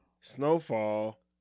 Snowfall